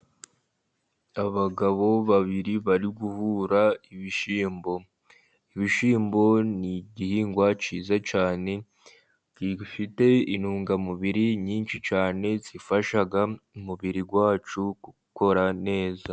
Abagabo babiri bari guhura ibishyimbo. Ibishyimbo ni igihingwa cyiza cyane, gifite intungamubiri nyinshi cyane zifasha umubiri wacu gukora neza.